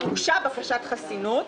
הוגשה בקשת חסינות?